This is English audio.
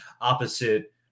opposite